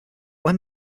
when